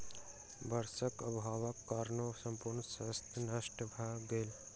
वर्षाक अभावक कारणेँ संपूर्ण शस्य नष्ट भ गेल